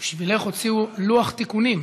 בשבילך הוציאו לוח תיקונים.